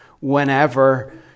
whenever